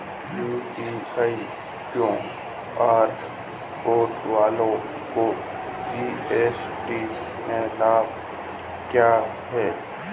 UPI QR code वालों को GST में लाभ क्या है?